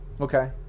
Okay